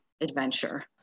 adventure